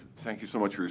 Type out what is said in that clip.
thank you so much.